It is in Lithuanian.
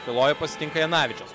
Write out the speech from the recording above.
tuloje pasitinka janavičius